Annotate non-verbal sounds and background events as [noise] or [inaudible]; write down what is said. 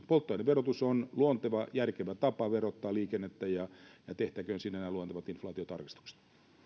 [unintelligible] polttoaineverotus on luonteva järkevä tapa verottaa liikennettä ja ja tehtäköön siinä nämä luontevat inflaatiotarkistukset